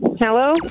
Hello